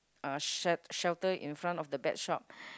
uh shel~ shelter in front of the pet shop